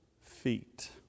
feet